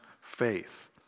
faith